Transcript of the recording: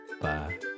Bye